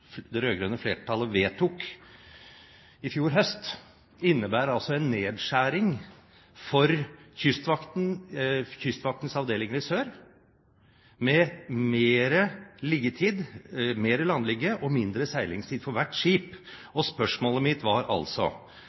det rød-grønne flertallet vedtok i fjor høst, innebærer en nedskjæring for Kystvaktens avdelinger i sør, med mer landligge og mindre seilingstid for hvert skip. Spørsmålet mitt var altså: